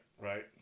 right